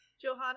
Johanna